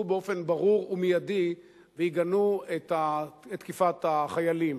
באופן ברור ומייד ויגנו את תקיפת החיילים.